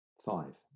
Five